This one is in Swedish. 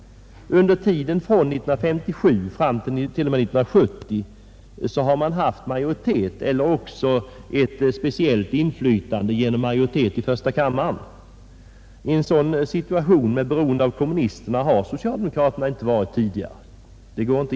Under tiden från 1957 fram t.o.m. 1970 har regeringspartiet haft majoritet eller också ett speciellt inflytande genom majoritet i första kammaren. I en sådan situation, med beroende av kommunisterna, har socialdemokraterna inte varit tidigare.